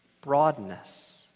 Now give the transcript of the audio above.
broadness